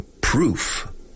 proof